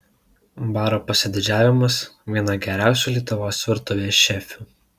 baro pasididžiavimas viena geriausių lietuvos virtuvės šefių